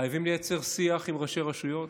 חייבים לייצר שיח עם ראשי רשויות,